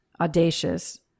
audacious